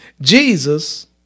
Jesus